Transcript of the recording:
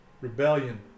rebellion